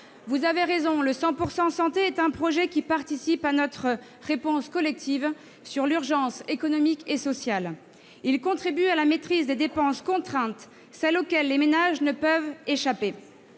Vous avez raison, le « 100 % santé » est un projet qui participe à notre réponse collective sur l'urgence économique et sociale. Il contribue à la maîtrise des dépenses contraintes, celles auxquelles les ménages ne peuvent échapper.